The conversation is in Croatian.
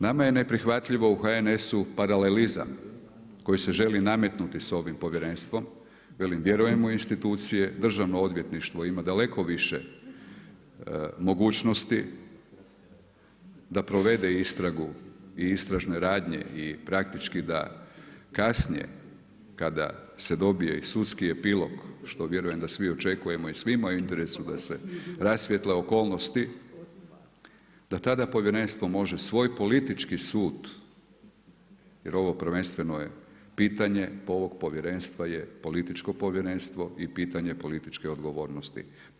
Nama je neprihvatljivo u HNS-u paralelizam koji se želi nametnuti sa ovim povjerenstvom, velim vjerujemo u institucije, Državno odvjetništvo ima daleko više mogućnosti da provede istragu i istražne radnje i praktički da kasnije kada se dobije i sudski epilog, što vjerujem da svi očekujemo i svima je u interesu da se rasvijetle okolnosti da tada povjerenstvo može svoj politički sud, jer ovo prvenstveno je pitanje ovog povjerenstva je političko povjerenstvo i pitanje političke odgovornosti.